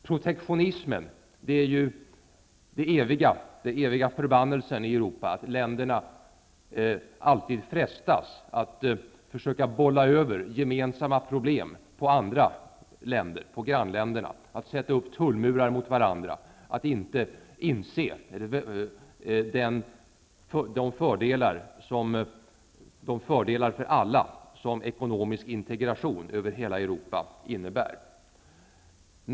Protektionismen är ju den eviga förbannelsen i Europa, att länderna alltid frestas att försöka bolla över gemensamma problem på andra läner, på grannländerna, att sätta upp tullmurar mot varandra, att inte inse de fördelar för alla som ekonomisk integration över hela Europa innebär.